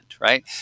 right